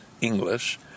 English